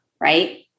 right